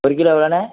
ஒரு கிலோ எவ்வளோண்ணே